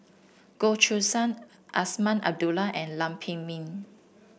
Goh Choo San Azman Abdullah and Lam Pin Min